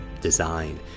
design